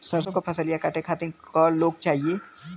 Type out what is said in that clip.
सरसो के फसलिया कांटे खातिन क लोग चाहिए?